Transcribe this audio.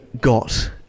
got